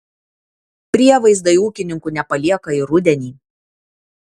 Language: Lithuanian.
prievaizdai ūkininkų nepalieka ir rudenį